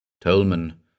Tolman